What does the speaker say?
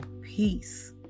Peace